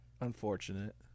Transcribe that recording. unfortunate